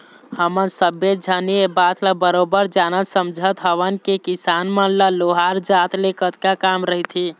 हमन सब्बे झन ये बात ल बरोबर जानत समझत हवन के किसान मन ल लोहार जात ले कतका काम रहिथे